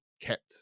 kept